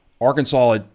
Arkansas